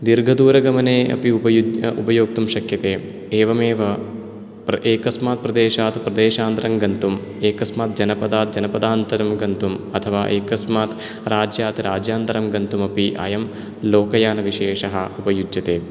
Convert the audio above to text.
दीर्घदूरगमने अपि उप उपयोक्तुं शक्यते एवमेव प्र एकस्मात् प्रदेशात् प्रदेशान्तरं गन्तुं एकस्मात् जनपदात् जनपदान्तरं गन्तुम् अथवा एकस्मात् राज्यात् राज्यान्तरं गन्तुम् अपि अयं लोकयानविशेषः उपयुज्यते